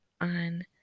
on